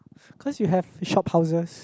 cause you have shophouses